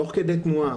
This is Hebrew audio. תוך כדי תנועה,